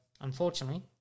unfortunately